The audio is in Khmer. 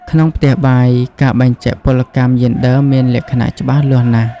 ក្នុងផ្ទះបាយ ការបែងចែកពលកម្មយេនឌ័រមានលក្ខណៈច្បាស់លាស់ណាស់។